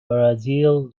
brazil